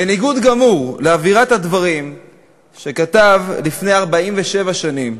בניגוד גמור לאווירת הדברים שכתב לפני 47 שנים,